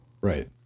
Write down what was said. Right